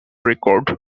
record